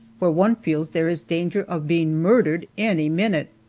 where one feels there is danger of being murdered any minute.